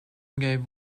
gave